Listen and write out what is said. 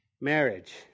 marriage